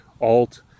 alt